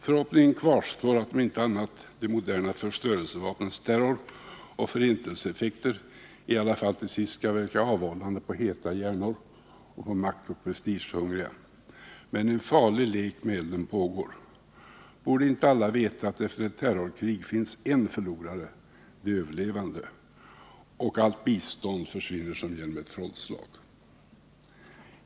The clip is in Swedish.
Förhoppningen kvarstår att om inte annat de moderna förstörelsevapnens terroroch förintelseeffekter i alla fall till sist skall verka avhållande på heta hjärnor och på maktoch prestigehungriga. Men en farlig lek med elden pågår. Borde inte alla veta att efter ett terrorkrig finns en förlorare — de överlevande — och att allt bistånd försvinner som genom ett trollslag?